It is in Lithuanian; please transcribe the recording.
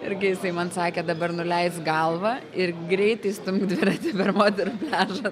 irgi jisai man sakė dabar nuleisk galvą ir greitai stumk dviratį per moterų pliažą